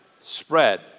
spread